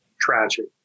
tragic